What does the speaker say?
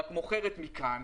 רק מוכרת לכאן.